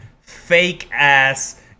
fake-ass